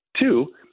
Two